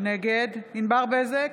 נגד ענבר בזק,